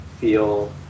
feel